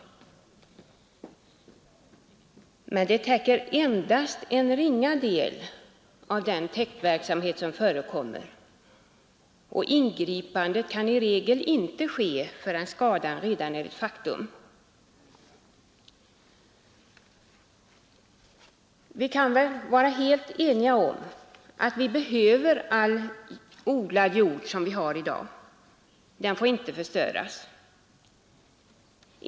Men detta täcker endast en ringa del av den täktverksamhet som förekommer. Ingripanden kan i regel inte ske förrän skadan redan är ett faktum. Vi kan väl vara helt eniga om att all den odlade jord vi har i dag behövs. Den får inte förstöras.